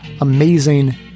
amazing